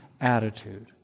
attitude